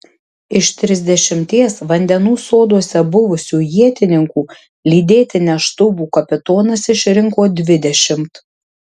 iš trisdešimties vandenų soduose buvusių ietininkų lydėti neštuvų kapitonas išrinko dvidešimt